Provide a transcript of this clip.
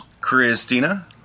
Christina